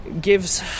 gives